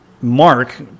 Mark